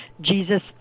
Jesus